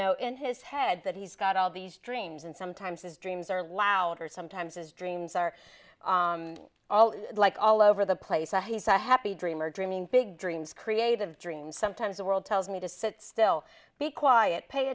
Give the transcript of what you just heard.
know in his head that he's got all these dreams and sometimes his dreams are louder sometimes his dreams are all like all over the place and he's a happy dream are dreaming big dreams creative dreams sometimes the world tells me to sit still be quiet pay